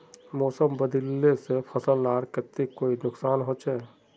मौसम बदलिले से फसल लार केते कोई नुकसान होचए?